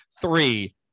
Three